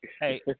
Hey